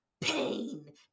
pain